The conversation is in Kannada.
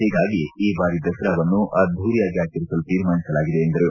ಹೀಗಾಗಿ ಈ ಬಾರಿ ದಸರಾವನ್ನು ಅದ್ದೂರಿಯಾಗಿ ಆಚರಿಸಲು ತೀರ್ಮಾನಿಸಲಾಗಿದೆ ಎಂದರು